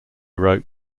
wrote